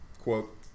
quote